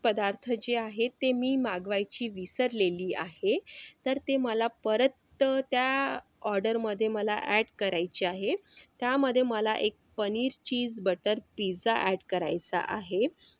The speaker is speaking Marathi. पदार्थ जे आहेत ते मी मागवायची विसरलेली आहे तर ते मला परत त्या ऑर्डरमध्ये मला ॲड करायचे आहे त्यामध्ये मला एक paneer cheese butter pizza add करायचा आहे